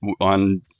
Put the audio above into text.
on